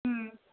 হুম